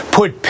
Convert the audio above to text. put